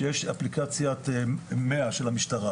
שיש אפליקציית 100 של המשטרה,